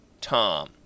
Tom